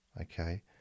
Okay